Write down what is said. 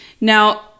Now